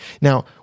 Now